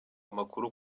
amakuru